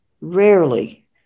rarely